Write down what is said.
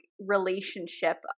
relationship